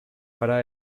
para